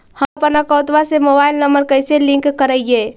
हमपन अकौउतवा से मोबाईल नंबर कैसे लिंक करैइय?